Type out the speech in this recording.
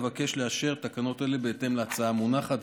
אבקש לאשר תקנות אלה בהתאם להצעה המונחת,